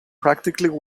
practically